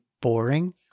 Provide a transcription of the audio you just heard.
boring